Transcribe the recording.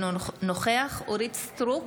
אינו נוכח אורית מלכה סטרוק,